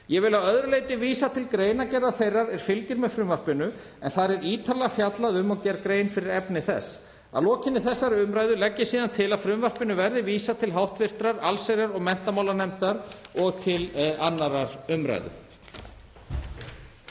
Ég vil að öðru leyti vísa til greinargerðar þeirrar er fylgir með frumvarpinu en þar er ítarlega fjallað um og gerð grein fyrir efni þess. Að lokinni þessari umræðu legg ég síðan til að frumvarpinu verði vísað til hv. allsherjar- og menntamálanefndar og til 2. umræðu.